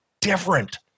different